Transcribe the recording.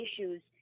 issues